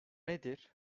nedir